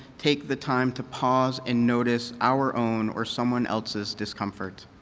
take the time to pause and notice our own or someone else's discomfort.